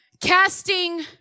Casting